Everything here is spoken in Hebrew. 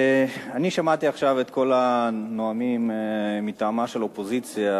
אני שמעתי עכשיו את כל הנואמים מטעמה של האופוזיציה,